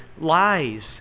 lies